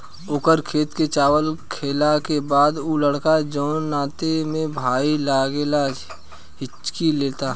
ओकर खेत के चावल खैला के बाद उ लड़का जोन नाते में भाई लागेला हिच्की लेता